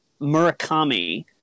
Murakami